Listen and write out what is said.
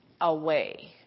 away